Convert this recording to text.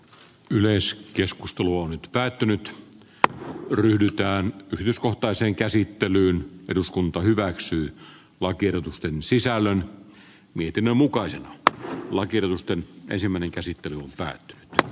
yleensä keskustelu on nyt päätynyt ja ryhdytään yrityskohtaiseen käsittelyyn eduskunta hyväksyi lakiehdotusten sisällön mietinnön mukaiset laki rinnasta ensimmäinen käsittely mutta nyt on